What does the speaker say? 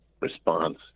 response